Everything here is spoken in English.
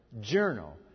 journal